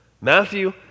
Matthew